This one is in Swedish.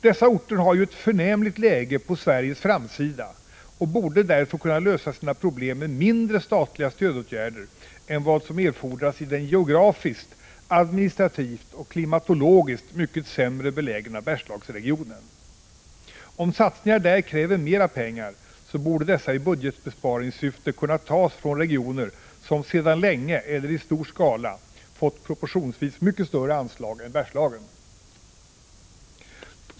Dessa orter har ju ett förnämligt läge ”på Sveriges framsida” och borde därför kunna lösa sina problem med mindre statliga stödåtgärder än vad som erfordras i den geografiskt, administrativt och klimatologiskt mycket sämre belägna Bergslagsregionen. Om satsningar där kräver mer pengar borde dessa i budgetbesparingssyfte kunna tas från regioner som sedan länge eller i stor skala fått proportionsvis mycket större anslag än Bergslagen!